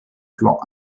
flanc